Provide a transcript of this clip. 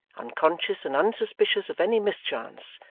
unconscious and unsuspicious of any mischance,